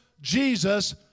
Jesus